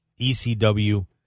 ecw